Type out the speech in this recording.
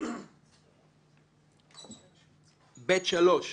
במקום פסקאות (2) (3)